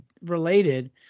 related